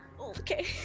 Okay